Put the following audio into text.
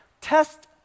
test